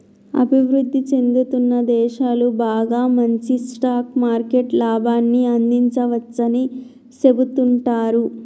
అభివృద్ధి చెందుతున్న దేశాలు బాగా మంచి స్టాక్ మార్కెట్ లాభాన్ని అందించవచ్చని సెబుతుంటారు